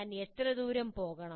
ഞാൻ എത്ര ദൂരം പോകണം